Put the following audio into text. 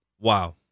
Wow